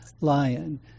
lion